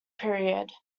period